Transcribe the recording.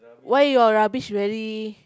why your rubbish very